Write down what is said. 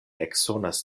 eksonas